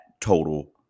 total